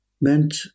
meant